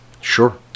Sure